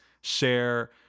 share